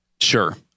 Sure